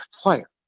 player